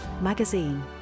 magazine